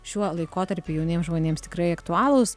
šiuo laikotarpiu jauniems žmonėms tikrai aktualūs